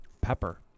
Pepper